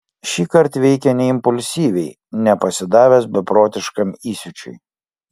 šįkart veikė ne impulsyviai ne pasidavęs beprotiškam įsiūčiui